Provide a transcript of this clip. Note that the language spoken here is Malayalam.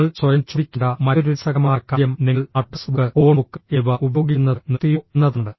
നിങ്ങൾ സ്വയം ചോദിക്കേണ്ട മറ്റൊരു രസകരമായ കാര്യം നിങ്ങൾ അഡ്രസ് ബുക്ക് ഫോൺ ബുക്ക് എന്നിവ ഉപയോഗിക്കുന്നത് നിർത്തിയോ എന്നതാണ്